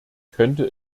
könnte